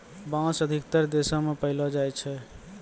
बांस अधिकतर देशो म पयलो जाय छै